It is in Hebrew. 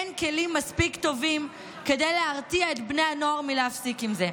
אין כלים מספיק טובים להרתיע את בני הנוער ולהפסיק עם זה.